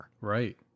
right